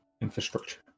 infrastructure